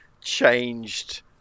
changed